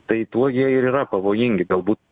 tai tuo jie ir yra pavojingi galbūt